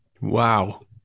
wow